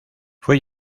fue